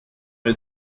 who